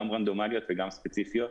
גם רנדומליות וגם ספציפיות.